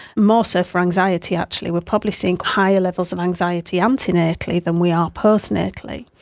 more so for anxiety actually. we are probably seeing higher levels of anxiety antenatally than we are postnatally.